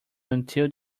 until